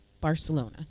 Barcelona